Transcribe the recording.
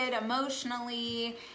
emotionally